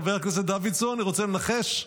חבר הכנסת דוידסון, רוצה לנחש?